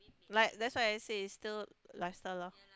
like that's why I say is still lifestyle loh